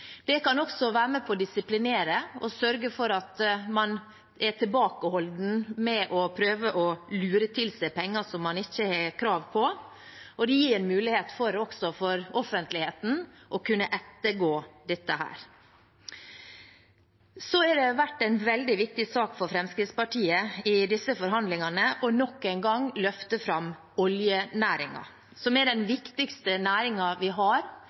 Det kan også være med på å disiplinere og sørge for at man er tilbakeholden med å prøve å lure til seg penger som man ikke har krav på, og det gir en mulighet også for offentligheten til å kunne ettergå dette. Det har også vært en veldig viktig sak for Fremskrittspartiet i disse forhandlingene nok en gang å løfte fram oljenæringen, som er den viktigste næringen vi har,